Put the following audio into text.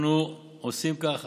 אנחנו עושים כך גם עכשיו,